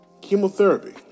Chemotherapy